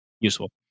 useful